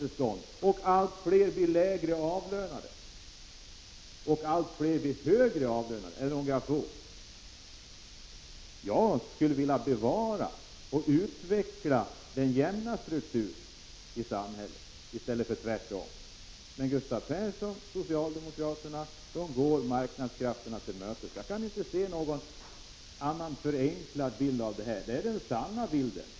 Å ena sidan blir allt fler lägre avlönade, å andra sidan blir också allt fler högre avlönade. Jag skulle vilja bevara och utveckla den jämna strukturen i samhället i stället för tvärtom, men Gustav Persson och socialdemokraterna i övrigt går marknadskrafterna till mötes. Detta är den sanna bilden.